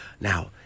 Now